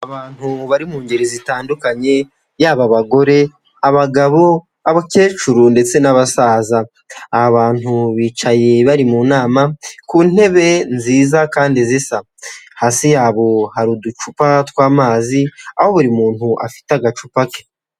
Abantu bari mu ngeri zitandukanye yaba abagore, abagabo, abakecuru ndetse n'abasaza. Aba abantu bicaye bari mu nama ku ntebe nziza kandi zisa, hasi yabo hari uducupa tw'amazi aho buri muntu afite agacupa ke.